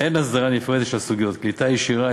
אין הסדרה נפרדת של הסוגיות קליטה ישירה,